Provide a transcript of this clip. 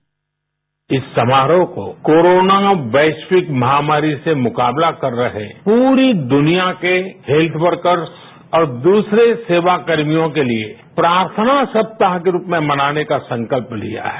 sound bite इस समारोह को कोरोना वैश्विक महामारी से मुकाबला कर रहे पूरी दुनिया के हेल्थ वर्कर्स और दूसरे सेवाकर्मियों के लिए प्रार्थना सप्ताह के रुप में मनाने का संकल्प लिया है